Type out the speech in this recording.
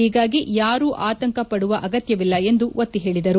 ಹೀಗಾಗಿ ಯಾರೂ ಆತಂಕ ಪಡುವ ಅಗತ್ನವಿಲ್ಲ ಎಂದು ಒತ್ತಿ ಹೇಳಿದ್ದಾರೆ